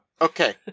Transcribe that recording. Okay